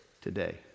today